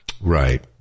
Right